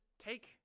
take